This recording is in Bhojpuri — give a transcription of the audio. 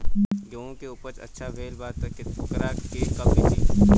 गेहूं के उपज अच्छा भेल बा लेकिन वोकरा के कब बेची?